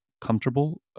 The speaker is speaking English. comfortable